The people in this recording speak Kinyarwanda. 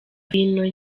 vino